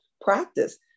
practice